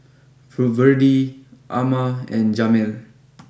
Amma and Jamel